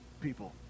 people